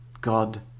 God